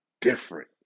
different